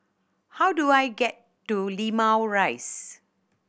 how do I get to Limau Rise